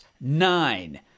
Nine